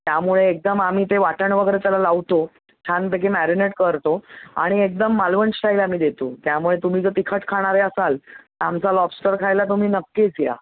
त्यामुळे एकदम आम्ही ते वाटण वगैरे त्याला लावतो छानपैकी मॅरीनेट करतो आणि एकदम मालवण स्टाईल आम्ही देतो त्यामुळे तुम्ही जर तिखट खाणारे असाल तर आमचा लॉबस्टर खायला तुम्ही नक्कीच या